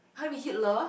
!huh! with Hitler